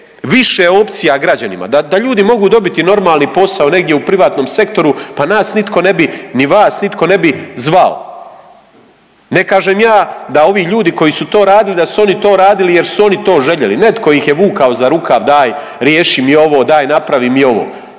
više opcija građanima, da ljudi mogu dobiti normalni posao negdje u privatnom sektoru pa nas nitko ne bi, ni vas nitko ne bi zvao. Ne kažem ja da ovi ljudi koji su to radili da su oni to radili jer su oni to željeli. Netko ih je vukao za rukav daj riješi mi ovo, daj napravi mi ovo,